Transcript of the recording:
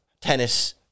tennis